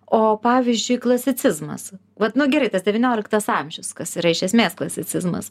o pavyzdžiui klasicizmas vat nu gerai tas devynioliktas amžius kas yra iš esmės klasicizmas